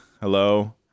Hello